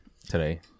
today